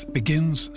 begins